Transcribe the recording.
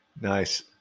Nice